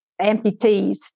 amputees